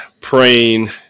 praying